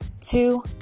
two